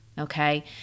Okay